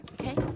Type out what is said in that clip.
okay